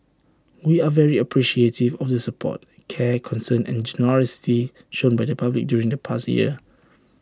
we are very appreciative of the support care concern and generosity shown by the public during the past year